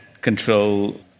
control